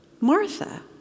Martha